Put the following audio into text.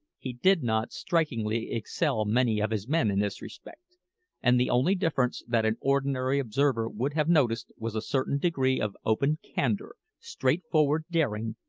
he did not strikingly excel many of his men in this respect and the only difference that an ordinary observer would have noticed was a certain degree of open candour, straightforward daring,